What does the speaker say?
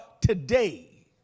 today